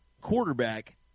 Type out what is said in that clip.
quarterback